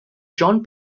john